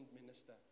minister